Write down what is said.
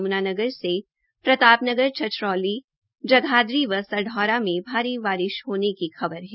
यमुनानगर से प्रताप नगर छछरौली बिलासप्र जगाधरी व सढौरा में भारी बारिश होने की खबर है